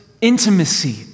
intimacy